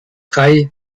drei